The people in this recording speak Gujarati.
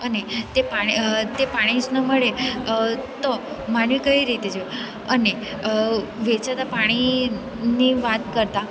અને તે પાણી જ ન મળે તો માનવી કઈ રીતે જીવે અને વેચાતાં પાણી ની વાત કરતા